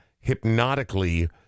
hypnotically